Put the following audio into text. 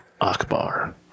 Akbar